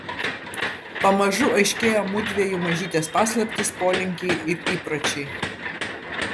pamažu aiškėjo mudviejų mažytės paslaptys polinkiai ir įpročiai